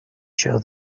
show